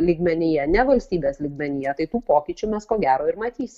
lygmenyje ne valstybės lygmenyje tai tų pokyčių mes ko gero ir matys